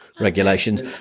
regulations